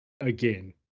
Again